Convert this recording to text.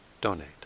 donate